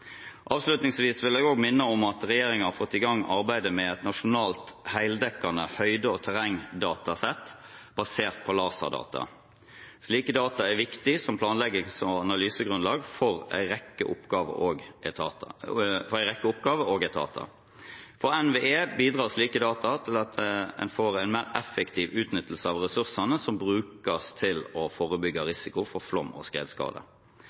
Avslutningsvis vil jeg også minne om at regjeringen har fått i gang arbeidet med et nasjonalt heldekkende høyde- og terrengdatasett basert på laserdata. Slike data er viktig som planleggings- og analysegrunnlag for en rekke oppgaver og etater. For NVE bidrar slike data til at en får en mer effektiv utnyttelse av ressursene som brukes til å forebygge risiko for flom- og